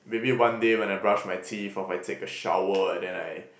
maybe one day when I brush my teeth or if I take a shower and then I